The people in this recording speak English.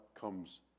comes